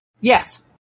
Yes